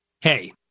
Hey